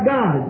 God